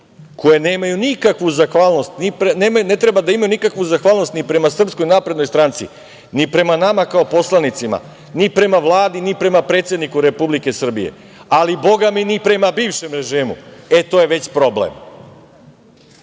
sudije, ne treba da imaju nikakvu zahvalnost ni prema SNS, ni prema nama kao poslanicima, ni prema Vladi, ni prema predsedniku Republike Srbije, ali bogami ni prema bivšem režimu. E, to je već problem. Zato